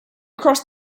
crossed